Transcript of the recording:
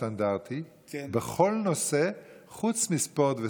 סטנדרטי בכל נושא חוץ מספורט וסרטים.